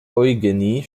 eugenie